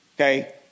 Okay